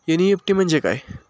NEFT म्हणजे काय?